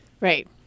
Right